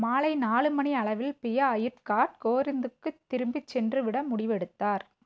மாலை நாலு மணி அளவில் பியா அயுர்கார்ட் கோரிந்துக்கு திரும்பிச் சென்று விட முடிவெடுத்தார்